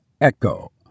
echo